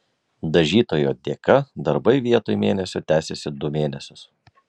dažytojo dėka darbai vietoj mėnesio tęsėsi du mėnesius